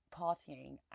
partying